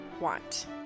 want